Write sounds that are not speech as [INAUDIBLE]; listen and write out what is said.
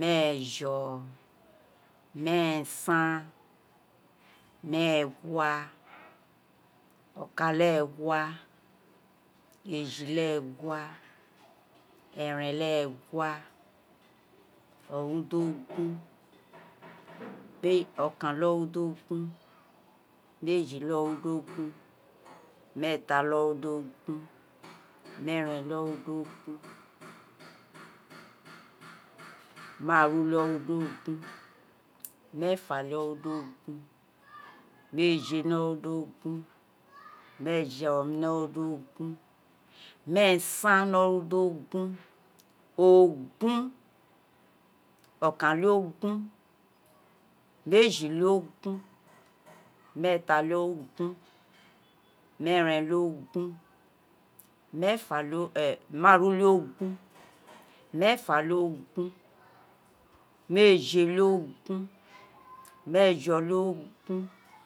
meefo̱ meesan, meegua, okan-le-egua [HESITATION] eji-le-egua, eren-le-egua erudogun [NOISE] [HESITATION] biri meji-le-onidogun [NOISE] meeta-le-orudigun [NOISE] meeren-le-erudogun [NOISE] maaru-le-eru dogun [NOISE] meeta-le-arudogun [NOISE] meeje-le-arudogun [NOISE] meesan-le-arudogun, ogun, okan-le-ogun, meji-le-ogun [NOISE] meeta-le-ogun [NOISE] meeren [NOISE] -le-ogun [HESITATION] [NOISE] maa ru-le-ogun, meefa-le-ogun meeje-le-ogun, meejo-le-ogun [NOISE]